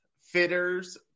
fitters